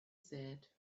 said